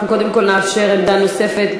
זה של ועדת הפנים.